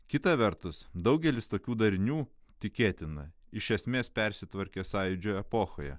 kita vertus daugelis tokių darinių tikėtina iš esmės persitvarkė sąjūdžio epochoje